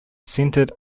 centered